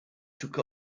took